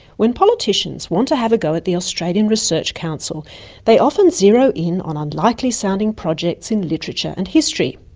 when politicians want to have a go at the australian research council they often zero in on unlikely sounding projects in literature and history.